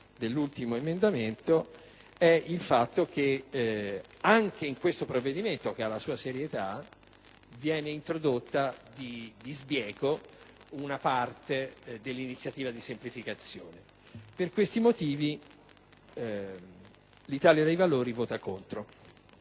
dell'ultimo emendamento - è costituito dal fatto che anche in questo provvedimento, che ha una sua serietà, viene introdotta per così dire di sbiego una parte dell'iniziativa di semplificazione. Per tutti questi motivi, l'Italia dei Valori vota contro.